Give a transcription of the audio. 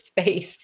space